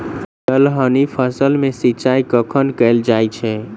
दलहनी फसल मे सिंचाई कखन कैल जाय छै?